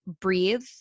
breathe